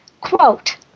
Quote